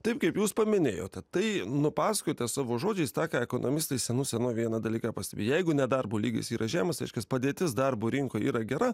taip kaip jūs paminėjote tai nupasakojate savo žodžiais tą ką ekonomistai senų senovėj vieną dalyką pastebi jeigu nedarbo lygis yra žemas reiškias padėtis darbo rinkoj yra gera